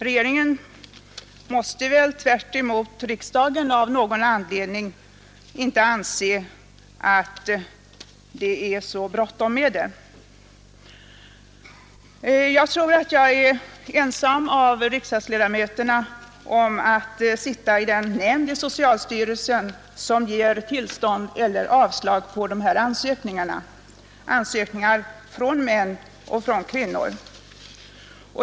Regeringen måste väl, tvärtemot riksdagen, av någon anledning inte anse att det är så bråttom. Jag tror att jag är ensam bland riksdagsledamöterna om att tillhöra den nämnd inom socialstyrelsen som beviljar eller avslår ansökningar om sterilisering, ansökningar från män och från kvinnor.